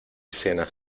cenas